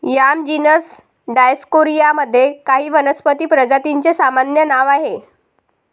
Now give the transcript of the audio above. yam genus Dioscorea मध्ये काही वनस्पती प्रजातींचे सामान्य नाव आहे